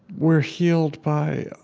we're healed by